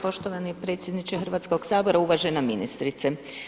Poštovani predsjedniče Hrvatskoga sabora, uvažena ministrice.